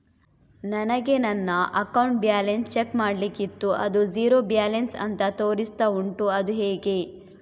ನನಗೆ ನನ್ನ account balance check ಮಾಡ್ಲಿಕ್ಕಿತ್ತು ಅದು ಝೀರೋ ಬ್ಯಾಲೆನ್ಸ್ ಅಂತ ತೋರಿಸ್ತಾ ಉಂಟು ಅದು ಹೇಗೆ?